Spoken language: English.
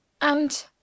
And